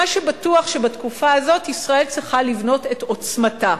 מה שבטוח הוא שבתקופה הזאת ישראל צריכה לבנות את עוצמתה.